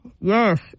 yes